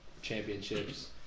championships